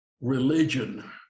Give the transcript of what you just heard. religion